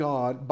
God